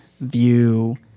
view